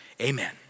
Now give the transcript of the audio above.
amen